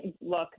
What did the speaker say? look